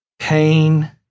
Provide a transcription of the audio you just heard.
Pain